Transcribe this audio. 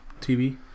TV